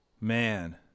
man